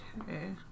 Okay